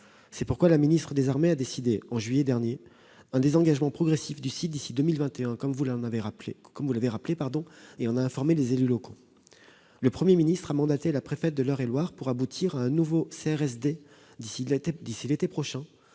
C'est pourquoi Mme la ministre des armées a décidé au mois de juillet dernier un désengagement progressif du site d'ici à 2021, comme vous l'avez rappelé, et en a informé les élus locaux. M. le Premier ministre a mandaté la préfète de l'Eure-et-Loir pour aboutir à un nouveau CRSD d'ici à l'été prochain,